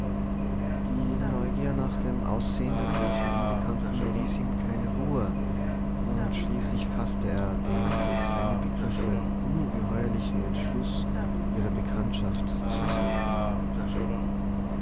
die neugier nach dem aussehen der großen unbekannten ließ ihm keine ruhe und schließlich faßte er den für seine begriffe ungeheuerlichen entschluß ihre bekanntschaft zu suchen